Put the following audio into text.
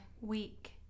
week